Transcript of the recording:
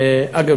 אגב,